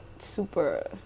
super